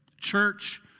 Church